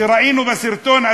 שראינו בסרטון,